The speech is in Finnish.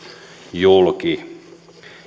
julki